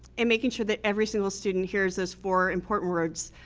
and making sure that every single student hears those four important words,